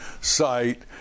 site